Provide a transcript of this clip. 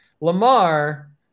Lamar